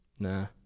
Nah